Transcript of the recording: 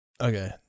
Okay